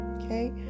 okay